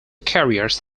carriers